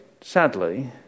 sadly